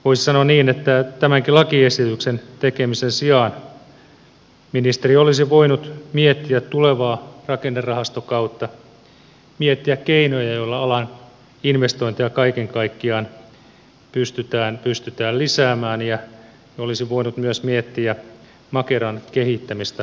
voisi sanoa niin että tämänkin lakiesityksen tekemisen sijaan ministeri olisi voinut miettiä tulevaa rakennerahastokautta miettiä keinoja joilla alan investointeja kaiken kaikkiaan pystytään lisäämään ja olisi voinut myös miettiä makeran kehittämistä kaiken kaikkiaan